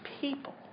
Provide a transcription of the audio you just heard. people